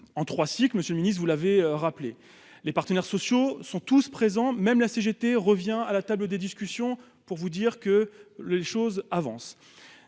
ont lieu en 3 Monsieur le Ministre, vous l'avez rappelé les partenaires sociaux sont tous présents, même la CGT revient à la table des discussions pour vous dire que les choses avancent,